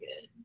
good